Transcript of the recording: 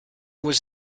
was